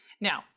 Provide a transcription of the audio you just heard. Now